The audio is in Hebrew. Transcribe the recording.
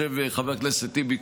חבר הכנסת טיבי,